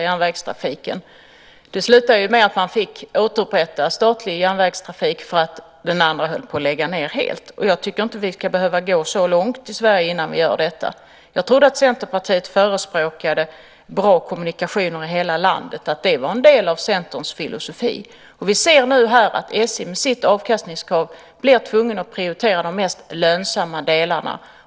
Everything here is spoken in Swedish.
Fru talman! Jag nämnde inte Storbritannien, men vi kan ta ett annat exempel, Nya Zeeland, som var först ut med att konkurrensutsätta järnvägstrafiken. Det hela slutade med att man fick återupprätta statlig järnvägstrafik eftersom de andra höll på att helt lägga ned den trafiken. Jag tycker inte att det ska behöva gå så långt i Sverige. Jag trodde att Centerpartiet förespråkade goda kommunikationer i hela landet, att det var en del av Centerns filosofi. Nu ser vi att SJ med sitt avkastningskrav blir tvunget att prioritera de mest lönsamma delarna.